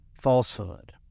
falsehood